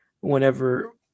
whenever